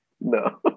no